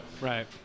Right